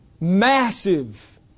massive